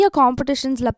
competitions